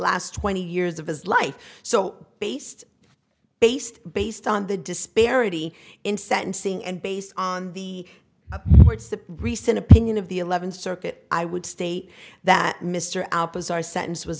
last twenty years of his life so based based based on the disparity in sentencing and based on the recent opinion of the eleventh circuit i would say that mr alpizar sentence was